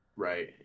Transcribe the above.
Right